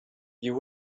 you